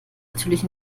natürlich